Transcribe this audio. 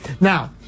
Now